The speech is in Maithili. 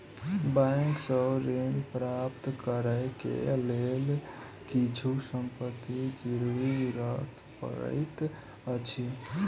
बैंक सॅ ऋण प्राप्त करै के लेल किछु संपत्ति गिरवी राख पड़ैत अछि